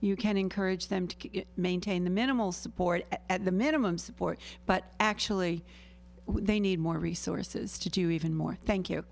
you can encourage them to maintain the minimal support at the minimum support but actually they need more resources to do even more thank you